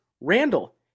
Randall